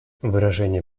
выражение